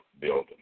building